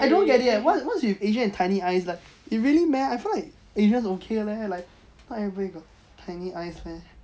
I don't get it eh what's what's with asian with tiny eyes like it really meh I feel like asians okay leh like not everybody got tiny eyes leh